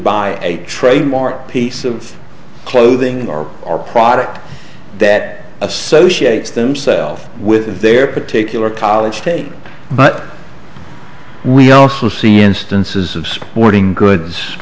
buy a trademark piece of clothing or or product that associates themself with their particular college state but we also see instances of sporting goods